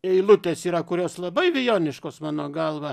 eilutės yra kurios labai vijoniškos mano galva